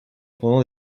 pendant